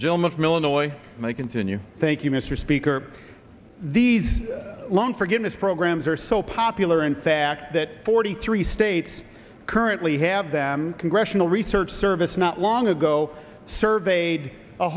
gentleman from illinois may continue thank you mr speaker these long forgiveness programs are so popular in fact that forty three states currently have them congressional research service not long ago surveyed a